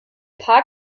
paar